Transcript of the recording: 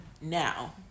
now